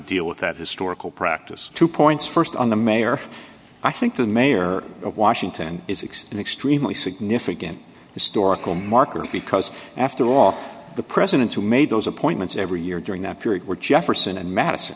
deal with that historical practice two points st on the mayor i think the mayor of washington is x an extremely significant historical marker because after all the presidents who made those appointments every year during that period were jefferson and madison